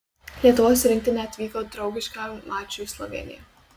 lietuvos rinktinė atvyko draugiškam mačui į slovėniją